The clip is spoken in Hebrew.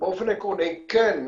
באופן עקרוני כן.